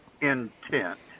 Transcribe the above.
intent